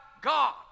God